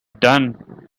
done